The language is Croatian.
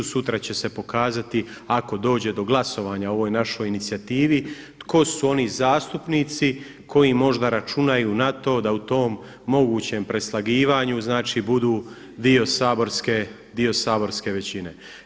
Sutra će se pokazati ako dođe do glasovanja o ovoj našoj inicijativi tko su oni zastupnici koji možda računaju na to da u tom mogućem preslagivanju, znači budu dio saborske većine.